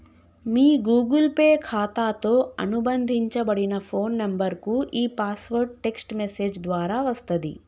మీ Google Pay ఖాతాతో అనుబంధించబడిన phone నంబర్కు ఈ పాస్వర్డ్ టెక్ట్స్ మెసేజ్ ద్వారా వస్తది